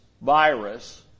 virus